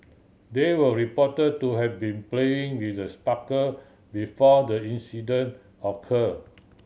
they were report to have been playing with the sparkler before the incident occur